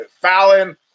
Fallon